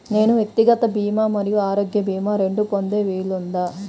నేను వ్యక్తిగత భీమా మరియు ఆరోగ్య భీమా రెండు పొందే వీలుందా?